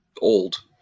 old